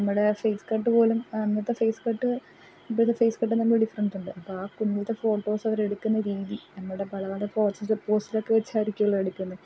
നമ്മുടെ face cut പോലും അന്നത്തെ ഫേസ് കട്ട് ഇപ്പോഴത്തെ ഫേസ് കട്ടും തമ്മിൽ ഡിഫറൻസുണ്ട് അപ്പം ആ കുഞ്ഞിലത്തെ ഫോട്ടോസ് അവരെടുക്കുന്ന രീതി നമ്മുടെ പല പല പോസെസ് പോസിലൊക്കെ വച്ചായിരിക്കുമല്ലോ എടുക്കുന്നത്